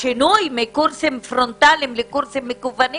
השינוי מקורסים פרונטליים לקורסים מקוונים